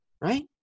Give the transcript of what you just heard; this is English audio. Right